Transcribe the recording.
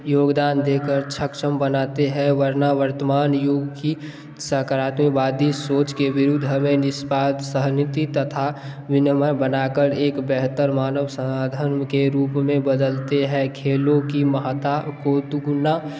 योगदान दे कर सक्षम बनाते हैं वरना वर्तमान युग की सकारात्मकवादी सोच के विरुद्ध हमें निष्पाद सहनीय तथा विनम्र बना कर एक बेहतर मानव समाधान के रूप में बदलते हैं खेलों की महत्वता को दुगुना